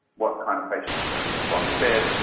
what kind of patients are going to respond the best.